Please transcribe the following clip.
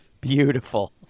beautiful